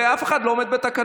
ואף אחד לא עומד בתקנון.